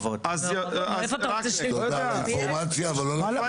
תודה על האינפורמציה, אבל לא לדבר באמצע.